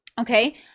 okay